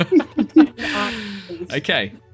okay